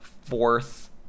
fourth